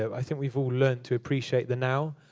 i think we've all learned to appreciate the now,